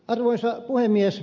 arvoisa puhemies